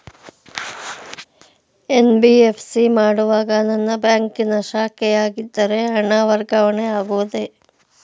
NBFC ಮಾಡುವಾಗ ನನ್ನ ಬ್ಯಾಂಕಿನ ಶಾಖೆಯಾಗಿದ್ದರೆ ಹಣ ವರ್ಗಾವಣೆ ಆಗುವುದೇ?